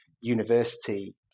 university